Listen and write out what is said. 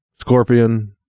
Scorpion